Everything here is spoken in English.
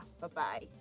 Bye-bye